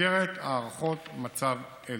במסגרת הערכות מצב אלה.